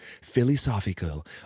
Philosophical